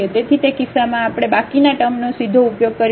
તેથી તે કિસ્સામાં આપણે બાકીના ટર્મનો સીધો ઉપયોગ કરીશું